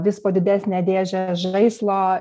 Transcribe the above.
vis po didesnę dėžę žaislo